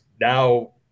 now